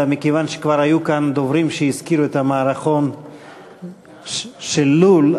אלא מכיוון שכבר היו כאן דוברים שהזכירו את המערכון של "לול",